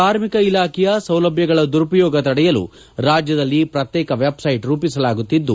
ಕಾರ್ಮಿಕ ಇಲಾಖೆಯ ಸೌಲಭ್ಯಗಳ ದುರುಪಯೋಗ ತಡೆಯಲು ರಾಜ್ಯದಲ್ಲಿ ಪ್ರತ್ಯೇಕ ವೆದ್ಸೈಟ್ ರೂಪಿಸಲಾಗುತ್ತಿದ್ದು